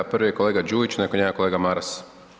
Prvi je kolega Đujić, nakon njega kolega Maras.